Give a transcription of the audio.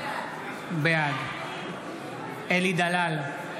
בעד אלי דלל,